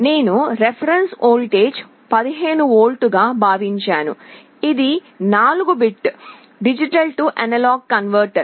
నేను reference voltage 15 వోల్ట్లుగా భావించాను ఇది 4 బిట్ D A కన్వర్టర్